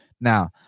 Now